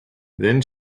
then